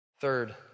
Third